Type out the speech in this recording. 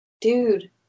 dude